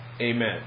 Amen